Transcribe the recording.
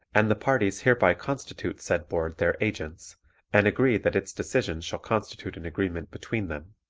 and the parties hereby constitute said board their agents and agree that its decision shall constitute an agreement between them,